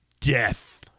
death